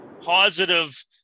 positive